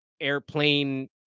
airplane